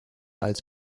als